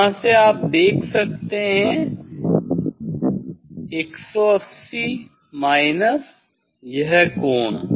यहाँ से आप देख सकते हैं 180 माइनस यह कोण